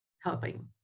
helping